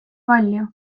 palju